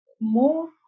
more